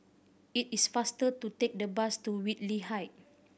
it is faster to take the bus to Whitley Height